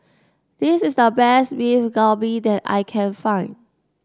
this is the best Beef Galbi that I can find